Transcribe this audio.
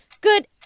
Good